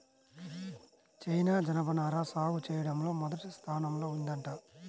China జనపనార సాగు చెయ్యడంలో మొదటి స్థానంలో ఉందంట